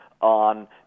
on